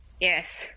Yes